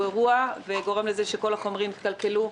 אירוע שגורם לכך שכל החומרים התקלקלו,